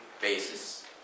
basis